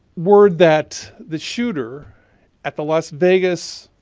word that the shooter at the las vegas